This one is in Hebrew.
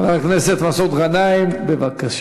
חבר הכנסת מסעוד גנאים, בבקשה.